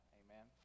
amen